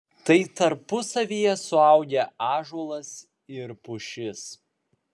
tai tarpusavyje suaugę ąžuolas ir pušis